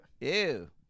Ew